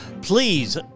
Please